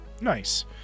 Nice